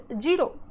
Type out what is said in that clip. zero